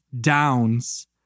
downs